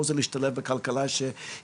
תודה גדולה, ותודה לנעמה.